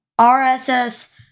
RSS